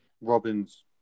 Robin's